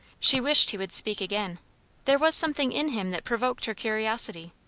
she wished he would speak again there was something in him that provoked her curiosity.